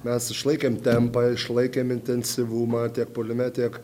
mes išlaikėme tempą išlaikėme intensyvumą tiek puolime tiek